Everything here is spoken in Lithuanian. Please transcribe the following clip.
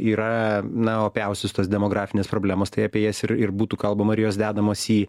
yra na opiausios tos demografinės problemos tai apie jas ir ir būtų kalbama ir jos dedamos į